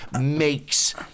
makes